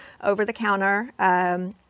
over-the-counter